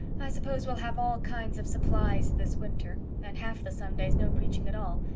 suppose we'll have all kinds of supplies this winter, and half the sundays no preaching at all.